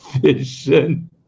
vision